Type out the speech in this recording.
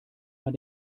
man